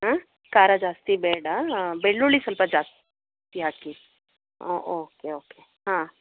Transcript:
ಆಂ ಖಾರ ಜಾಸ್ತಿ ಬೇಡ ಬೆಳ್ಳುಳ್ಳಿ ಸ್ವಲ್ಪ ಜಾಸ್ತಿ ಹಾಕಿ ಒ ಓಕೆ ಓಕೆ ಹಾಂ